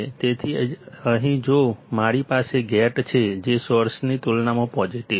તેથી અહીં જો મારી પાસે ગેટ છે જે સોર્સની તુલનામાં પોઝિટિવ છે